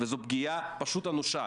וזו פגיעה פשוט אנושה.